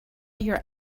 your